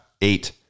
eight